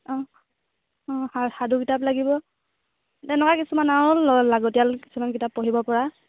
অঁ অঁ আৰু সাধু কিতাপ লাগিব তেনেকুৱা কিছুমান আৰু লাগতিয়াল কিছুমান কিতাপ পঢ়িবপৰা